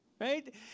right